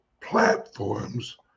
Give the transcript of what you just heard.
platforms